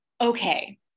Okay